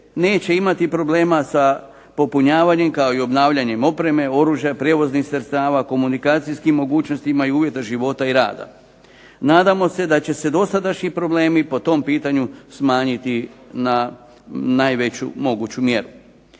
neće imati problema sa popunjavanjem kao i obnavljanjem oružja, prijevoznih sredstava, komunikacijskim mogućnostima i uvjeta života i rada. Nadamo se da će se dosadašnji problemi po tom pitanju smanjiti na najveću moguću mjeru.